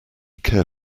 care